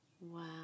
Wow